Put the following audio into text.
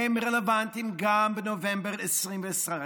הם רלוונטיים גם בנובמבר 2021: